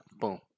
boom